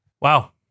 Wow